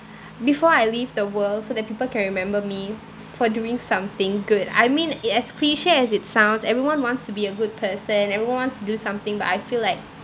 before I leave the world so that people can remember me f~ for doing something good I mean it as cliche as it sounds everyone wants to be a good person everyone wants to do something but I feel like